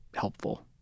helpful